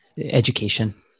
Education